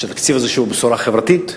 שהתקציב הזה הוא בשורה חברתית,